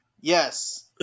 yes